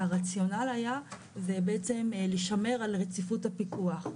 שהרציונל היה בעצם לשמר את רציפות הפיקוח.